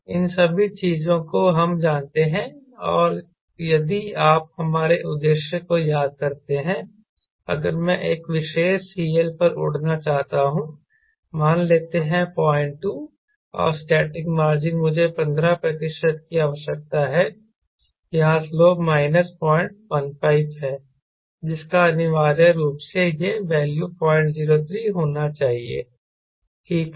इन सभी चीजों को हम जानते हैं और यदि आप हमारे उद्देश्य को याद करते हैं अगर मैं एक विशेष CL पर उड़ना चाहता हूं मान लेते हैं 02 और स्टैटिक मार्जिन मुझे 15 प्रतिशत की आवश्यकता है यहां स्लोप माइनस 015 है जिसका अनिवार्य रूप से यह वैल्यू 003 होना चाहिए ठीक है